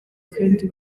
kandi